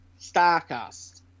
StarCast